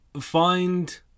find